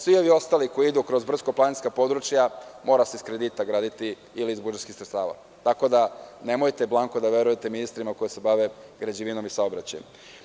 Svi ovi ostali koji idu kroz brdsko-planinska područja moraju se iz kredita graditi ili iz budžetskih sredstava, tako da nemojte blanko da verujete ministrima koji se bave građevinom i saobraćajem.